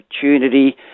opportunity